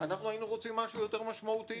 אנחנו היינו רוצים משהו יותר משמעותי,